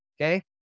Okay